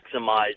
maximize